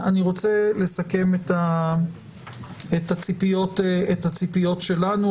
אני רוצה לסכם את הציפיות שלנו.